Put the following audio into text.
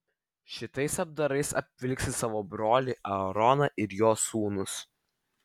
šitais apdarais apvilksi savo brolį aaroną ir jo sūnus